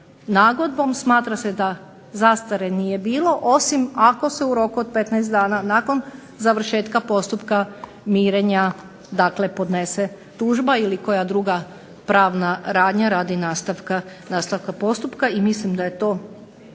nagodbom smatra se da zastare nije bilo osim ako se u roku nakon 15 dana nakon završetka postupka mirenja podnese tužba ili koja druga pravna radnja radi nastavka postupka. Mislim da je to